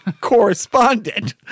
correspondent